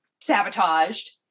sabotaged